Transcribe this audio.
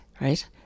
right